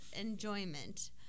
enjoyment